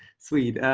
sweet.